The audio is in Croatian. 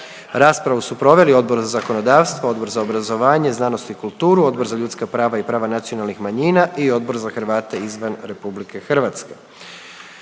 Raspravu su proveli Odbor za zakonodavstvo, Odbor za obrazovanje, znanost i kulturu, Odbor za ljudska prava i prava nacionalnih manjina i Odbor za Hrvate izvan Republike Hrvatske.